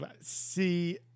See